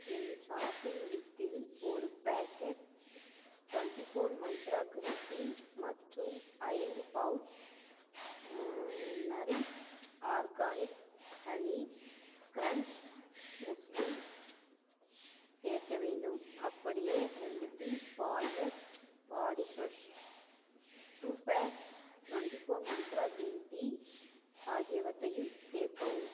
என் shopping லிஸ்டில் ஒரு packet twenty four Mantra green tea மற்றும் ஐந்து pouch Nourish Organics honey crunch muesli சேர்க்க வேண்டும் அப்படியே ரெண்டு piece Palmex body brush two pack twenty four Mantra green tea ஆகியவற்றையும் சேர்க்கவும்